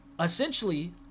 essentially